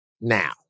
now